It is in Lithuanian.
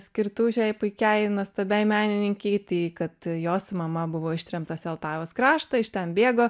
skirtų šiai puikiai nuostabiai menininkei tai kad jos mama buvo ištremta į altajaus kraštą iš ten bėgo